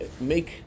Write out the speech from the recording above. make